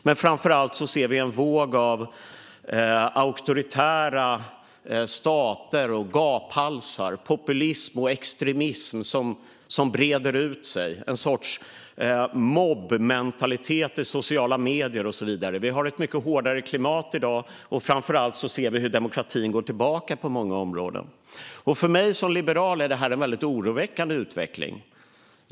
Men framför allt ser vi en våg av auktoritära stater och gaphalsar. Det är populism och extremism som breder ut sig. Det är en sorts mobbmentalitet i sociala medier och så vidare. Vi har ett mycket hårdare klimat i dag. Framför allt ser vi hur demokratin går tillbaka på många områden. För mig som liberal är det en väldigt oroväckande utveckling.